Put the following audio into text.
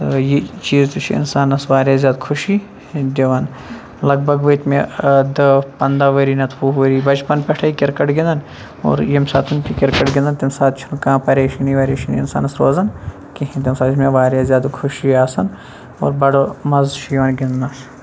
تہٕ یہِ چیٖز تہِ چھُ اِنسانَس واریاہ زیادٕ خوشی دِوَان لگ بگ وٲتۍ مےٚ دٔہ پنٛداہ ؤری نَتہٕ وُہ ؤری بَچپَن پٮ۪ٹھَے کِرکَٹ گِنٛدان اور ییٚمہِ ساتَن تہِ کِرکَٹ گِنٛدان تَمہِ ساتہٕ چھُنہٕ کانٛہہ پریشٲنی وریشٲنی اِنسانَس روزَان کہیٖنۍ تَمہِ ساتہٕ چھِ مےٚ واریاہ زیادٕ خوشی آسَان اور بَڑٕ مَزٕ چھُ یِوَان گنٛدَنس